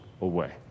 away